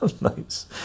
Nice